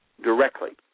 directly